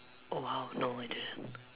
oh !wow! no I didn't